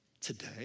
Today